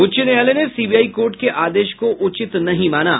उच्च न्यायालय ने सीबीआई कोर्ट के आदेश को उचित नहीं माना